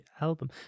album